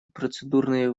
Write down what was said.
процедурные